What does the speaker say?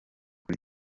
kuri